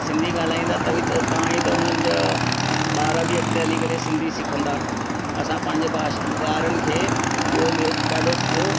सिंधी ॻाल्हाईंदा त तव्हां ई त उन्हनि जा ॿार बि अॻिते हली करे सिंधी सिखंदा असां पंहिंजे ॿारनि खे ॿियों बि ॾाढो सुठो